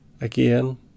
again